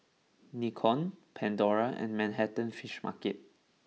Nikon Pandora and Manhattan Fish Market